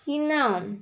ಇನ್ನು